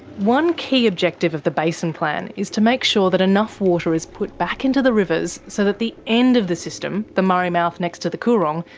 one key objective of the basin plan is to make sure that enough water is put back into the rivers so that the end of the system, the murray mouth next to the coorong,